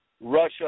Russia